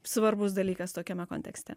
svarbus dalykas tokiame kontekste